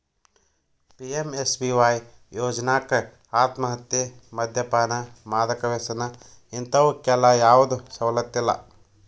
PMSBY ಯೋಜ್ನಾಕ ಆತ್ಮಹತ್ಯೆ, ಮದ್ಯಪಾನ, ಮಾದಕ ವ್ಯಸನ ಇಂತವಕ್ಕೆಲ್ಲಾ ಯಾವ್ದು ಸವಲತ್ತಿಲ್ಲ